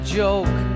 joke